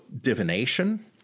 divination